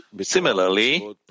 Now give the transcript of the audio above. Similarly